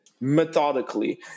methodically